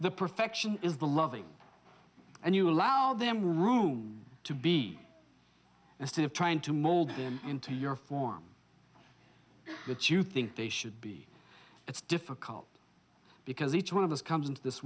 the perfection is the loving and you allow them room to be instead of trying to mold them into your form what you think they should be it's difficult because each one of us comes into this